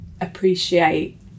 appreciate